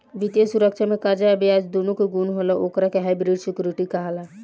वित्तीय सुरक्षा में कर्जा आ ब्याज दूनो के गुण होला ओकरा के हाइब्रिड सिक्योरिटी कहाला